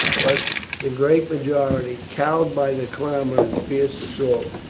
but the great majority, cowed by the clamour and fierce assault,